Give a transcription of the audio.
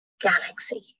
galaxy